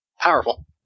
powerful